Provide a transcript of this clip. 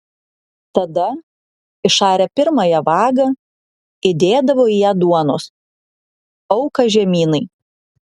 tada išarę pirmąją vagą įdėdavo į ją duonos auką žemynai